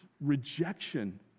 rejection